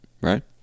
right